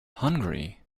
hungry